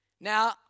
Now